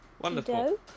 wonderful